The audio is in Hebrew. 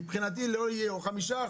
מבחינתי לא יהיה או 5%,